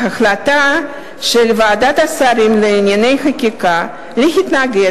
ההחלטה של ועדת השרים לענייני חקיקה להתנגד